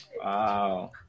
Wow